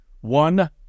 one